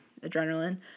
adrenaline